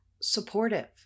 supportive